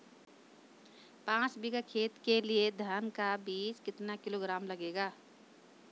पाँच बीघा खेत के लिये धान का बीज कितना किलोग्राम लगेगा?